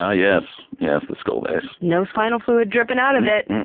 ah yes, yes. the skull base. no spinal fluid dripping out of it. and